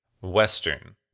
Western